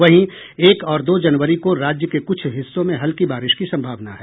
वहीं एक और दो जनवरी को राज्य के कुछ हिस्सों में हल्की बारिश की संभावना है